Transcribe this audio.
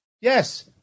Yes